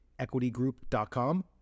EquityGroup.com